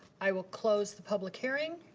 i will close the public hearing.